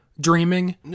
Dreaming